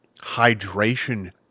hydration